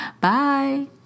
Bye